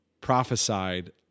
prophesied